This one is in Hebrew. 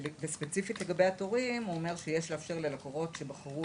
ספציפית לגבי התורים הוא אומר: "יש לאפשר ללקוחות שבחרו